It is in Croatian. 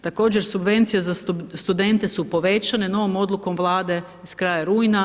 Također, subvencije za studente su povećane novom odlukom vlade s kraja rujna.